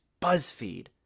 BuzzFeed